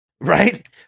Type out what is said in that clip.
Right